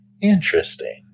interesting